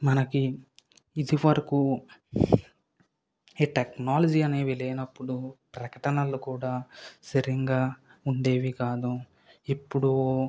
మనకి ఇదివరకు ఈ టెక్నాలజీ అనేవి లేనప్పుడు ప్రకటనలను కూడా సరిగ్గా ఉండేవి కాదు ఎప్పుడు